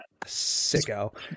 sicko